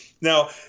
now